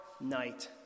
night